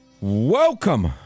Welcome